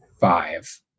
five